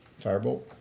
Firebolt